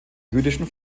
jüdischen